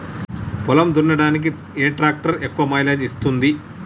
పొలం దున్నడానికి ఏ ట్రాక్టర్ ఎక్కువ మైలేజ్ ఇస్తుంది?